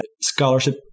scholarship